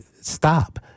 stop